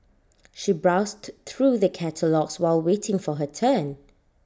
she browsed through the catalogues while waiting for her turn